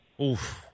Oof